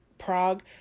Prague